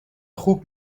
خوب